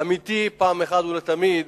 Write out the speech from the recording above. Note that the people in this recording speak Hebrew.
אמיתי, פעם אחת ולתמיד: